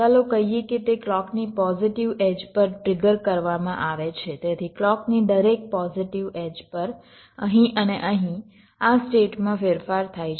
ચાલો કહીએ કે તે ક્લૉકની પોઝિટિવ એડ્જ પર ટ્રિગર કરવામાં આવે છે તેથી ક્લૉકની દરેક પોઝિટિવ એડ્જ પર અહીં અને અહીં આ સ્ટેટમાં ફેરફાર થાય છે